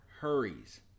hurries